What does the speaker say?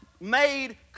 made